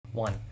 One